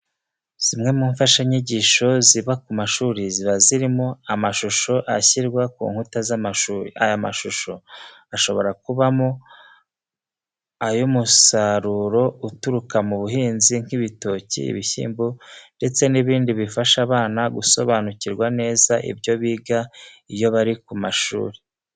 Zimwe mu mfashanyigisho ziba ku mashuri, ziba zirimo amshusho ashyirwa ku nkuta z'amashuri. Aya mashusho ashobora kubamo ay'umusaruro uturuka mu buhinzi nk'ibitoki, ibishyimbo ndetse n'ibindi bifasha abana gusobanukirwa neza ibyo biga iyo bari ku mashuri.